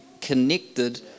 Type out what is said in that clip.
connected